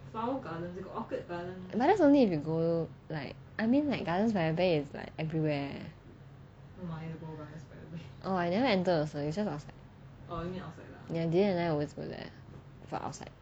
but that's only if you go like I mean like gardens by the bay is like everywhere oh I never enter also it's just outside ya dylan and I always go there for outside